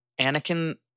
Anakin